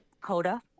Coda